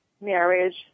marriage